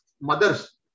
mothers